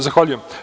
Zahvaljujem.